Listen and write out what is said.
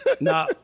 No